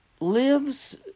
lives